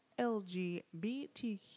LGBTQ